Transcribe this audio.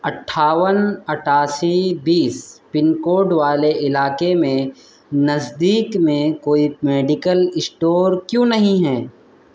اٹھاون اٹھاسی بیس پن کوڈ والے علاقے میں نزدیک میں کوئی میڈیکل اسٹور کیوں نہیں ہے